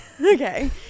Okay